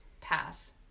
Pass